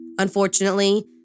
Unfortunately